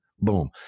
boom